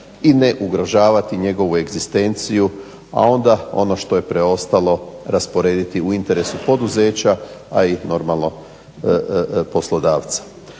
i ne ugrožavati njegovu egzistenciju, a onda ono što je preostalo rasporediti u interesu poduzeća, a i poslodavca.